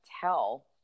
tell